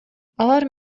алар